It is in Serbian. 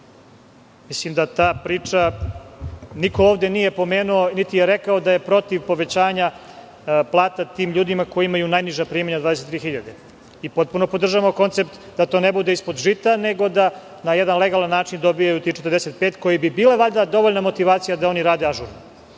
da rade nadzor. Niko ovde nije pomenuo, niti je rekao da je protiv povećanja plata tim ljudima koji imaju najniža primanja, 23 hiljade. Potpuno podržavamo koncept da to ne bude ispod žita, nego da na jedan legalan način dobiju tih 45, koje bi bila valjda dovoljna motivacija da oni rade ažurno. Ali,